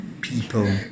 people